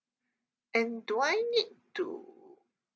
and do I need to